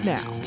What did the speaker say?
Now